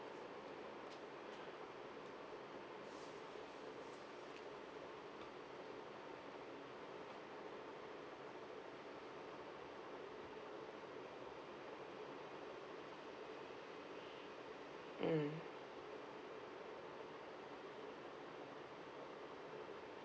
mm